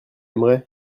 aimerait